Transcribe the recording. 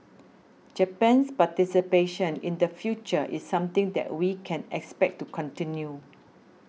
Japan's participation in the future is something that we can expect to continue